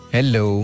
Hello